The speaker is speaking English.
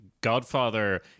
Godfather